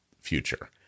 future